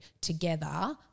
together